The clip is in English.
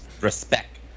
Respect